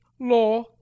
law